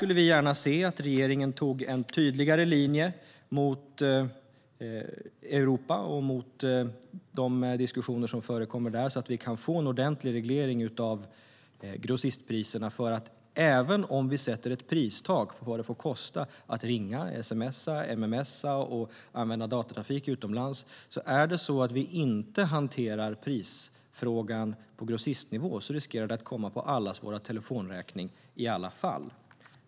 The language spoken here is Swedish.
Här ser vi gärna att regeringen har en tydligare linje gentemot Europa och i de diskussioner som förekommer där så att vi kan få en ordentlig reglering av grossistpriserna. Även om vi sätter ett pristak för vad det får kosta att ringa, sms:a, mms:a och använda datatrafik utomlands riskerar det att komma på allas våra telefonräkningar i alla fall om frågan inte hanteras på grossistnivå.